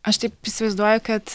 aš taip įsivaizduoju kad